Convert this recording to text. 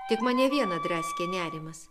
tik mane vieną draskė nerimas